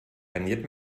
garniert